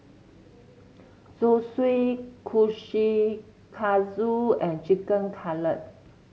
Zosui Kushikatsu and Chicken Cutlet